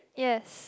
yes